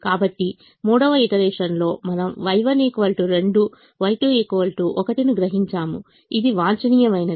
కాబట్టి మూడవ ఈటరేషన్ లో మనము Y1 2 Y2 1 ను గ్రహించాము ఇది వాంఛనీయమైనది